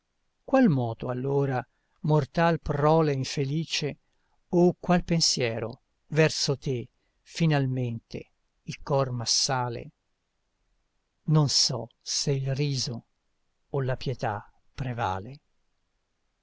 qual moto allora mortal prole infelice o qual pensiero verso te finalmente il cor m'assale non so se il riso o la pietà prevale